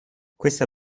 questa